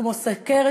כמו סוכרת,